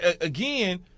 Again